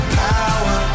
power